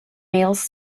males